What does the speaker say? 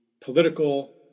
political